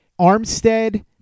Armstead